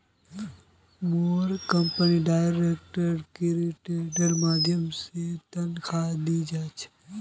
मोर company direct क्रेडिटेर माध्यम स तनख़ा दी छेक